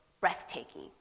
breathtaking